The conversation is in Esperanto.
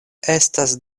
estas